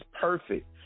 perfect